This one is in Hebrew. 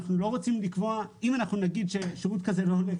אף אחד לא מרוויח עשירית ממה שאתם מרווחים,